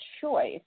choice